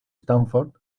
stanford